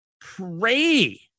pray